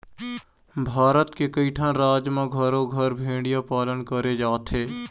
भारत के कइठन राज म घरो घर भेड़िया पालन करे जाथे